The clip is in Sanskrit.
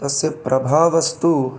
तस्य प्रभावस्तु